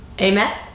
amen